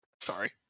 Sorry